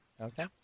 Okay